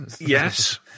Yes